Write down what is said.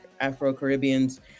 Afro-Caribbeans